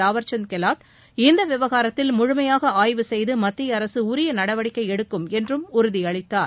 தாவர்சந்த் கெல்லாட் இந்த விவகாரத்தில் முழுமையாக ஆய்வு செய்து மத்திய அரசு உரிய நடவடிக்கை எடுக்கும் என்றும் உறுதியளித்துள்ளார்